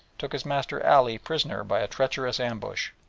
took his master ali prisoner by a treacherous ambush.